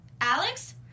Alex